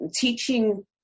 teaching